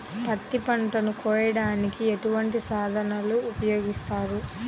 పత్తి పంటను కోయటానికి ఎటువంటి సాధనలు ఉపయోగిస్తారు?